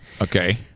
Okay